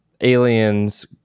aliens